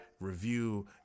review